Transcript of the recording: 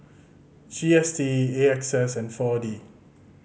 G S T A X S and Four D